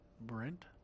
Brent